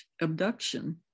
abduction